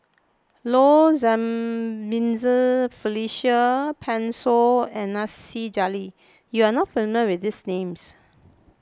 Low Jimenez Felicia Pan Shou and Nasir Jalil you are not familiar with these names